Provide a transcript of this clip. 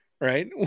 right